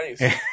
Nice